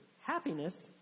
happiness